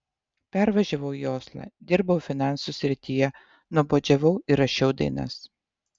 pervažiavau į oslą dirbau finansų srityje nuobodžiavau ir rašiau dainas